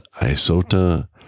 Isota